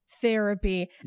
therapy